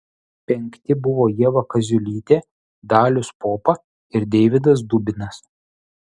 penkti buvo ieva kaziulytė dalius popa ir deividas dubinas